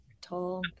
tall